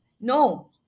No